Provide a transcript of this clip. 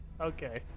Okay